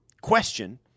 question